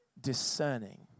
discerning